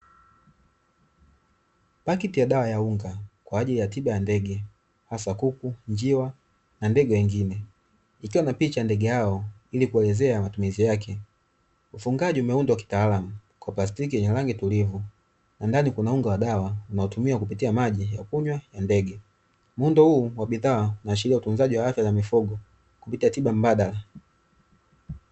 Pakiti ya dawa ya unga kwa ajili ya tiba ya ndege hasa: kuku, njiwa na ndege wengine. Ikiwa na picha ndege hao ili kuelezea matumizi yake. Ufungaji umeundwa kitaalamu kwa plastiki yenye rangi tulivu na ndani kuna unga wa dawa unautumiwa kupitia maji ya kunywa ya ndege, muundo huo wa bidhaa unaashiria utunzaji wa haraka wa mifugo kupitia tiba mbadala.